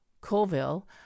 colville